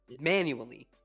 manually